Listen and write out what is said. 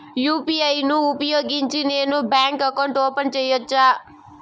UPI ను ఉపయోగించి నేను బ్యాంకు అకౌంట్ ఓపెన్ సేయొచ్చా?